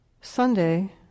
Sunday